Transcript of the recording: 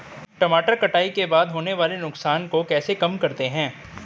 टमाटर कटाई के बाद होने वाले नुकसान को कैसे कम करते हैं?